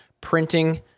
printing